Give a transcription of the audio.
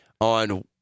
on